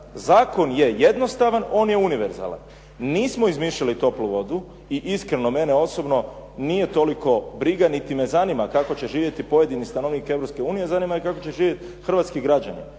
Zakon je jednostavan, on je univerzalan. Nismo izmišljali toplu vodu i iskreno mene osobno nije toliko briga niti me zanima kako će živjeti pojedini stanovnik Europske unije, zanima me kako će živjeti hrvatski građanin